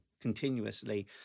continuously